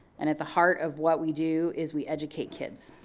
and at the heart of what we do, is we educate kids.